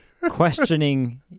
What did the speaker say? questioning